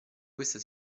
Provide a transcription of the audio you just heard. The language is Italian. questa